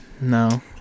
no